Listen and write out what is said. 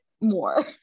more